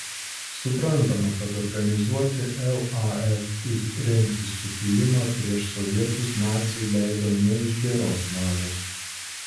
suprantama kad organizuoti laf ir rengti sukilimą prieš sovietus naciai leido ne iš geros valios